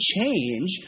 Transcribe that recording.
change